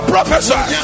Prophesy